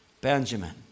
Benjamin